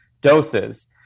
doses